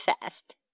fast